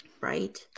Right